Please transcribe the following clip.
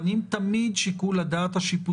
לפני כל הקטגוריות האחרות.